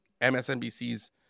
MSNBC's